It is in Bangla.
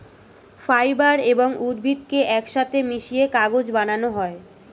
ফাইবার এবং উদ্ভিদকে একসাথে মিশিয়ে কাগজ বানানো হয়